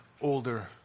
older